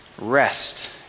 rest